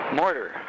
mortar